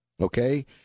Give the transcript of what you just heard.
Okay